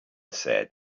said